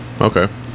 Okay